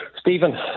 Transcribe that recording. Stephen